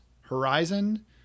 Horizon